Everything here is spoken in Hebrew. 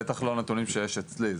בטח לא נתונים שיש אצלי.